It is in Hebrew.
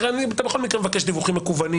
הרי, אתה בכל מקרה אתה מבקש דיווחים מקוונים.